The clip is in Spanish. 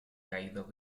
caído